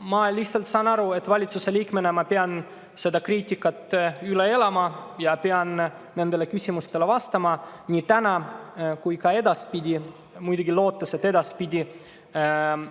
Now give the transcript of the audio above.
keel. Eks ma saan aru, et valitsuse liikmena ma pean lihtsalt selle kriitika üle elama ja pean nendele küsimustele vastama nii täna kui ka edaspidi, muidugi lootes, et edaspidi